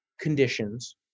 conditions